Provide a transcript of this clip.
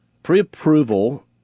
Pre-approval